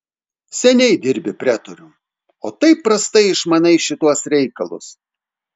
seniai dirbi pretorium o taip prastai išmanai šituos reikalus